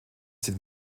sind